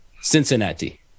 Cincinnati